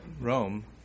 Rome